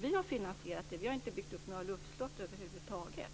Vi har finansierat vårt förslag och har inte byggt upp några luftslott över huvud taget.